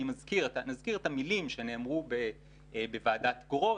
אני מזכיר את המילים שנאמרו בוועדת גרוס: